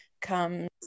comes